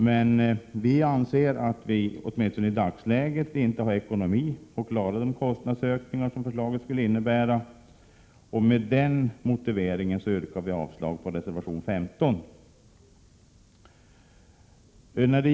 Men vi anser att vi åtminstone i dagsläget inte har ekonomi att klara de kostnadsökningar som förslaget skulle innebära. Med denna motivering yrkar jag avslag på reservation 15.